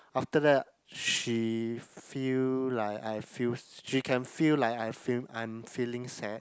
after that she feel like I feel she can feel like I feel I'm feeling sad